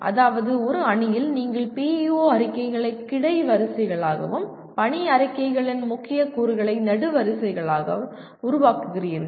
அதாவது ஒரு அணியில் நீங்கள் PEO அறிக்கைகளை கிடைவரிசைகளாகவும் பணி அறிக்கைகளின் முக்கிய கூறுகளை நெடுவரிசைகளாக உருவாக்குகிறீர்கள்